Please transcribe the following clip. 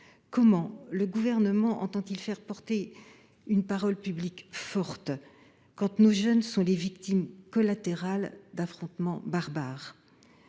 Comment le Gouvernement entend il faire porter une parole publique forte quand nos jeunes sont les victimes collatérales d’affrontements barbares ?